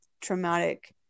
traumatic